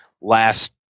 last